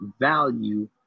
value